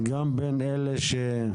אני בעצמי מבין עכשיו שגם בין אלה שעושים